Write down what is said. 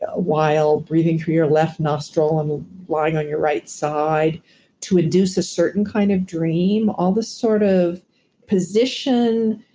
ah while breathing through your left nostril um ah lying on your right side to induce a certain kind of dream. all this sort of position,